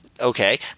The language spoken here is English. okay